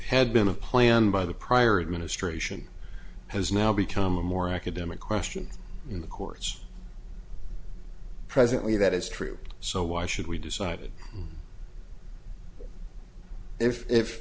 had been a plan by the prior administration has now become a more academic question in the courts presently that is true so why should we decided if i